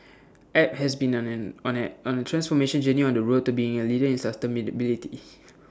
app has been on an on at on transformation journey on the road to being A leader in sustainability